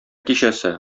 кичәсе